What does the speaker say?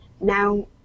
now